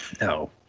No